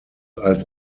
als